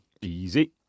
Easy